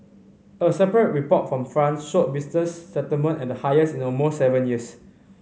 a separate report from France showed business sentiment at the highest in almost seven years